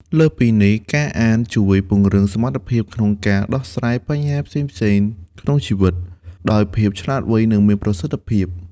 លើសពីនេះ ការអានជួយ ពង្រឹងសមត្ថភាពក្នុងការដោះស្រាយបញ្ហាផ្សេងៗក្នុងជីវិត ដោយភាពឆ្លាតវៃ និងមានប្រសិទ្ធភាព។